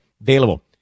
Available